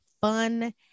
fun